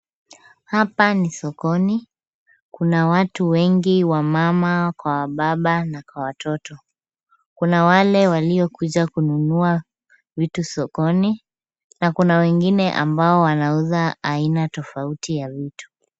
Hapa ni sokoni, kuna watu wengi wamama kwa wababa na kwa watoto. Kuna wale waliokuja kununua vitu sokoni, na kuna wengine ambao wanauza aina tofauti ya vitu.